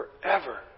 Forever